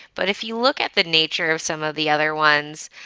but if you look at the nature of some of the other ones,